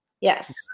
yes